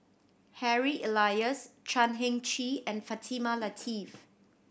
Harry Elias Chan Heng Chee and Fatimah Lateef